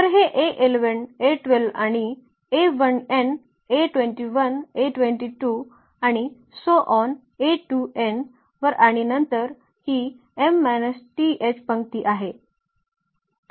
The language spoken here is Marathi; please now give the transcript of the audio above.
तर हे वर आणि नंतर ही th पंक्ती आहे